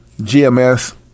GMS